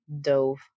Dove